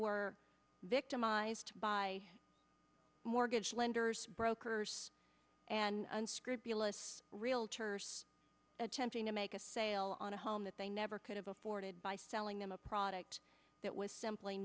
were victimized by mortgage lenders brokers and unscrupulous realtors attempting to make a sale on a home that they never could have afforded by selling them a product that was simply